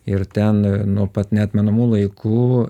ir ten nuo pat neatmenamų laikų